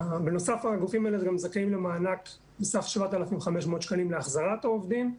בנוסף הגופים האלה גם זכאים למענק בסך 7,500 שקלים להחזרת העובדים.